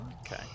Okay